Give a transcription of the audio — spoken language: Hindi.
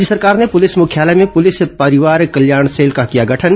राज्य सरकार ने पुलिस मुख्यालय में पुलिस परिवार कल्याण सेल का किया गठन